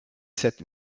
sept